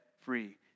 free